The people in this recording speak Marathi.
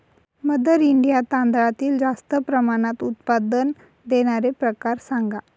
मदर इंडिया तांदळातील जास्त प्रमाणात उत्पादन देणारे प्रकार सांगा